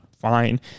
fine